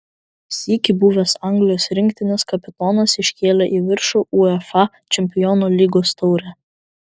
sykį buvęs anglijos rinktinės kapitonas iškėlė į viršų uefa čempionų lygos taurę